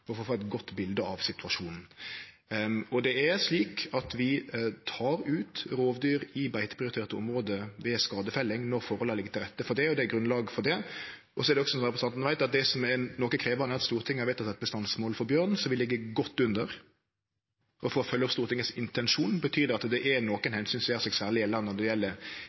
få eit godt bilde av situasjonen. Vi tar ut rovdyr i beiteprioriterte område ved skadefelling når forholda ligg til rette for det, og det er grunnlag for det. Så er det som representanten veit, noko krevjande at Stortinget har vedteke eit bestandsmål for bjørn som vi ligg godt under. For å følgje opp intensjonen til Stortinget betyr det at det er nokre omsyn som gjer seg særleg gjeldande når det gjeld